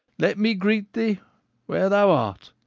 let me greet thee where thou art,